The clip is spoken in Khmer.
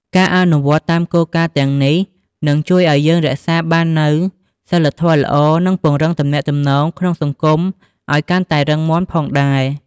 ការអនុវត្តតាមគោលការណ៍ទាំងនេះ នឹងជួយឲ្យយើងរក្សាបាននូវសីលធម៌ល្អ និងពង្រឹងទំនាក់ទំនងក្នុងសង្គមឲ្យកាន់តែរឹងមាំផងដែរ។